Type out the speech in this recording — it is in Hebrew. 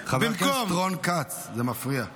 חבר הכנסת רון כץ, זה מפריע.